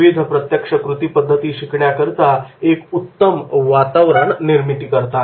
विविध प्रत्यक्ष कृती पद्धती शिकण्याकरिता एक उत्तम वातावरण निर्मिती करतात